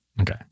Okay